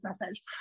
message